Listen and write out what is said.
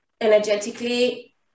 energetically